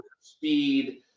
speed